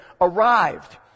arrived